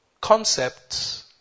concepts